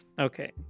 Okay